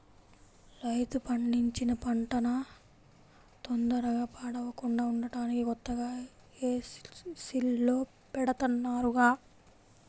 రైతు పండించిన పంటన తొందరగా పాడవకుండా ఉంటానికి కొత్తగా ఏసీల్లో బెడతన్నారుగా